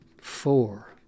four